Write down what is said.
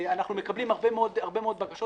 אנחנו מקבלים הרבה מאוד בקשות.